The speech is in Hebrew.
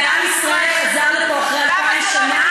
ועם ישראל חזר לפה אחרי אלפיים שנה,